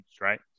right